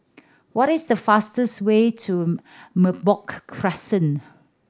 what is the fastest way to Merbok Crescent